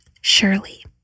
Surely